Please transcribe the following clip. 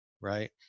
right